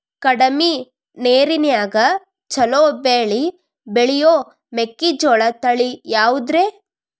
ಕಡಮಿ ನೇರಿನ್ಯಾಗಾ ಛಲೋ ಬೆಳಿ ಬೆಳಿಯೋ ಮೆಕ್ಕಿಜೋಳ ತಳಿ ಯಾವುದ್ರೇ?